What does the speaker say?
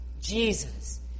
Jesus